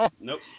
Nope